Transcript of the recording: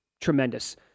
tremendous